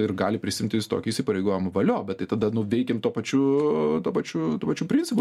ir gali prisiimti jis tokį įsipareigojimą valio bet tai tada nu veikim tuo pačiu tuo pačiu tuo pačiu principu